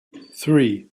three